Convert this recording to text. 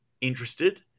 interested